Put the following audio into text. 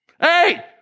Hey